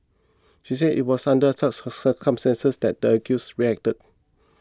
she said it was under such circumstances that the accused reacted